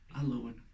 alone